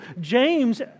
James